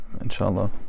Inshallah